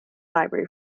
library